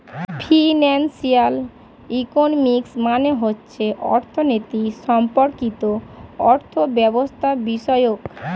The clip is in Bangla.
ফিনান্সিয়াল ইকোনমিক্স মানে হচ্ছে অর্থনীতি সম্পর্কিত অর্থব্যবস্থাবিষয়ক